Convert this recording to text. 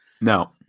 No